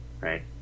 right